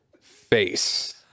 face